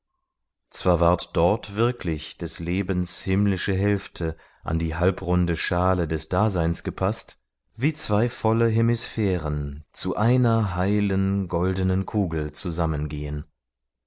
zwar ward dort wirklich des lebens himmlische hälfte an die halbrunde schale des daseins gepaßt wie zwei volle hemisphären zu einer heilen goldenen kugel zusammengehen